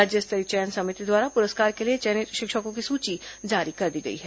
राज्य स्तरीय चयन समिति द्वारा पुरस्कार के लिए चयनित शिक्षकों की सूची जारी कर दी गई है